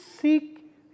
seek